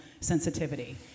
sensitivity